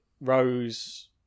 Rose